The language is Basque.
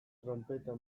tronpeta